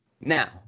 Now